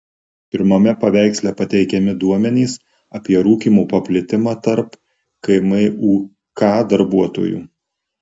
pirmame paveiksle pateikiami duomenys apie rūkymo paplitimą tarp kmuk darbuotojų